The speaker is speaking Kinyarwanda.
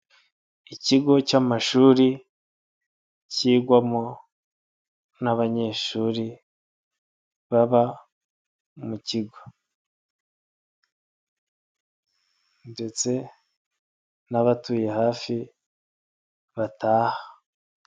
Ikigo cy'amashuri, kigwamo n'abanyeshuri baba mu kigo ndetse n'abatuye hafi bataha.